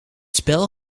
spel